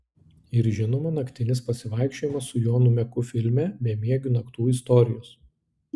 ir žinoma naktinis pasivaikščiojimas su jonu meku filme bemiegių naktų istorijos